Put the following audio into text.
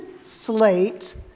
slate